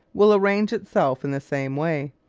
will arrange itself in the same way.